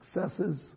successes